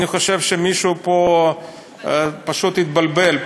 אני חושב שמישהו פה פשוט התבלבל.